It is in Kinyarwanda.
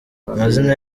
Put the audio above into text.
amazina